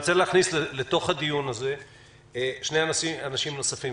אני רוצה להכניס אל תוך הדיון הזה שני אנשים נוספים.